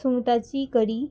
सुंगटाची करी